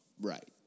Right